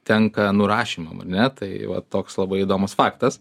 tenka nurašymam ne tai va toks labai įdomus faktas